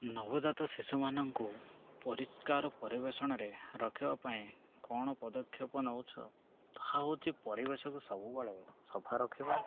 ନବଜାତ ଶିଶୁମାନଙ୍କୁ ପରିଷ୍କାର ପରିବେଷଣରେ ରଖିବା ପାଇଁ କ'ଣ ପଦକ୍ଷେପ ନେଉଛ ତାହା ହେଉଛି ପରିବେଶକୁ ସବୁବେଳେ ସଫା ରଖିବ